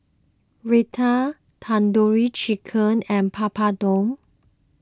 Raita Tandoori Chicken and Papadum